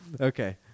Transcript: Okay